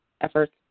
efforts